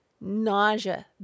nausea